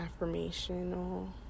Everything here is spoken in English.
affirmational